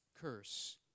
curse